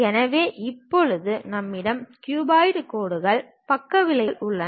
எனவே இப்போது நம்மிடம் க்யூபாய்டு கோடுகள் பக்க விளிம்புகள் உள்ளன